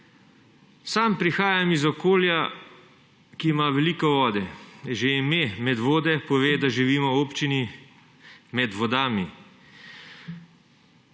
Sam prihajam iz okolja, ki ima veliko vode. Že ime Medvode pove, da živim v občini med vodami.